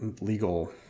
legal